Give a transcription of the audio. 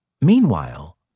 Meanwhile